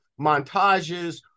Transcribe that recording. montages